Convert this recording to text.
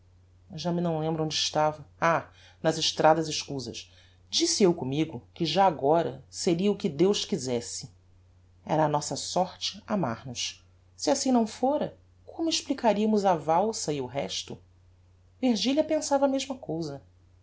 já me não lembra onde estava ah nas estradas escusas disse eu commigo que já agora seria o que deus quisesse era a nossa sorte amar nos se assim não fora como explicariamos a valsa e o resto virgilia pensava a mesma cousa